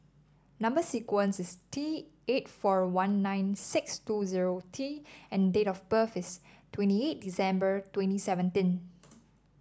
number sequence is T eight four one nine six two zero T and date of birth is twentyeight December twenty seventeen